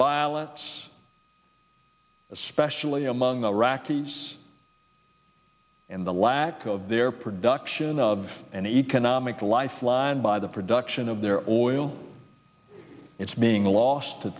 violence especially among the iraqis and the lack of their production of an economic lifeline by the production of their own oil it's being lost to